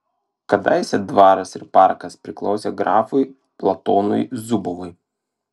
kadaise dvaras ir parkas priklausė grafui platonui zubovui